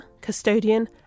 custodian